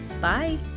bye